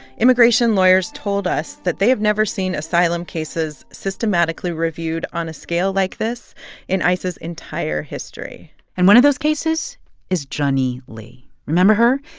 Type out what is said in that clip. immigration lawyers told us that they have never seen asylum cases systematically reviewed on a scale like this in ice's entire history and one of those cases is zhenyi li. remember her?